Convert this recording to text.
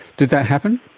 did that happen?